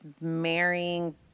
marrying